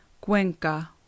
Cuenca